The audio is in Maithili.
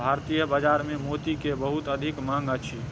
भारतीय बाजार में मोती के बहुत अधिक मांग अछि